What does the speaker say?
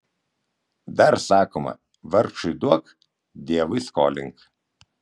dar sakoma vargšui duok dievui skolink